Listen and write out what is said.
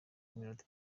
iminota